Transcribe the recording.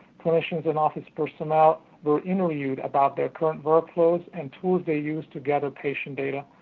clinicians and office personal were interviewed about their current workflows, and tools they used to gather patient data.